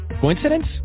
Coincidence